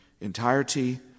entirety